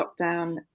lockdown